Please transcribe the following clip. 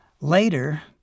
Later